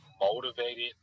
motivated